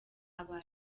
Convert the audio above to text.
aba